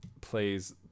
plays